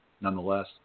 nonetheless